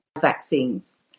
vaccines